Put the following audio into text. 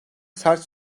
sert